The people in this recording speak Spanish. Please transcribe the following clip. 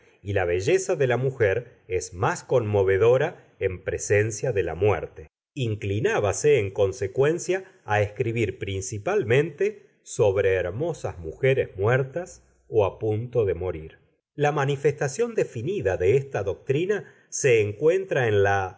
y la belleza de la mujer es más conmovedora en presencia de la muerte inclinábase en consecuencia a escribir principalmente sobre hermosas mujeres muertas o a punto de morir la manifestación definida de esta doctrina se encuentra en la